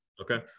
Okay